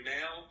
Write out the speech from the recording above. now